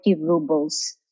rubles